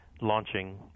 launching